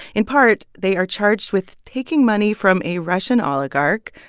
in part, they are charged with taking money from a russian oligarch,